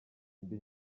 indi